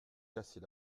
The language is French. casser